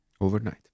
overnight